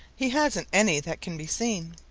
he hasn't any that can be seen.